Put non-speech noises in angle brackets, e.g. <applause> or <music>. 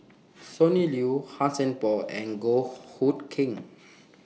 Sonny Liew Han Sai Por and Goh Hood Keng <noise>